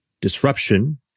disruption